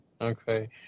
okay